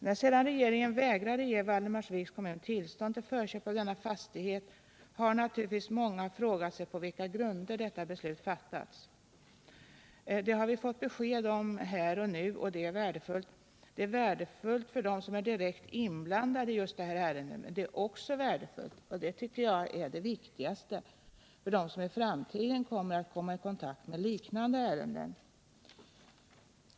När regeringen sedan vägrade ge Valdemarsviks kommun tillstånd till förköp av denna fastighet har naturligtvis många frågat sig på vilka grunder beslutet fattades. Det har vi fått besked om här och nu. Detta är värdefullt för dem som är direkt inblandade i just det här ärendet, men det är också värdefullt — och det tycker jag är det viktigaste —- för dem som i framtiden kommer i kontakt med liknande ärenden.